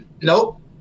Nope